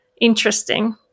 interesting